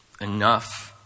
enough